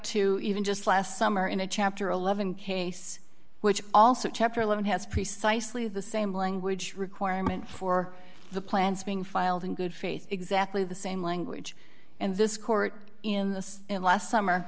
to even just last summer in a chapter eleven case which also chapter eleven has precisely the same language requirement for the plans being filed in good faith exactly the same language and this court in the last summer